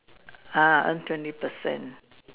ah earn twenty percent